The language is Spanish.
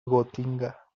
gotinga